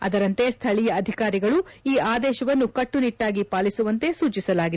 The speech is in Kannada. ಅದರಂತೆ ಸ್ವಳೀಯ ಅಧಿಕಾರಿಗಳು ಈ ಆದೇಶವನ್ನು ಕಟ್ಟುನಿಟ್ಟಾಗಿ ಪಾಲಿಸುವಂತೆ ಸೂಚಿಸಲಾಗಿದೆ